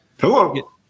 Hello